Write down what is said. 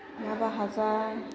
ना भाजा